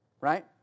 Right